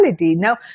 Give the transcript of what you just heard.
Now